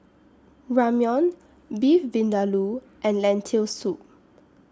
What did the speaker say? Ramyeon Beef Vindaloo and Lentil Soup